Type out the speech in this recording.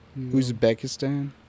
Uzbekistan